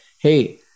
hey